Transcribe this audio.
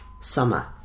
Summer